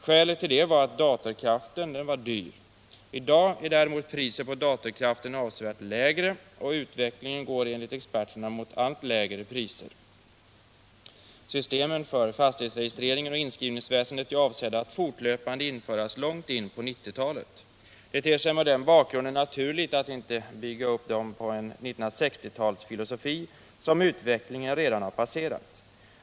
Skälet till det var att datorkraften var dyr. I dag är priset på datorkraften avsevärt lägre än då och utvecklingen går enligt experterna mot allt lägre priser. Systemen för fastighetsregistreringen och inskrivningsväsendet är avsedda att fortlöpande införas långt in på 1990-talet. Det ter sig mot den bakgrunden naturligt att inte bygga upp dem på en 1960-talsfilosofi som utvecklingen redan har passerat.